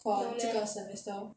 for 这个 semester